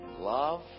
love